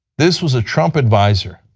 this was a trump advisor.